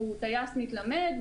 אותו טייס מתלמד,